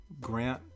Grant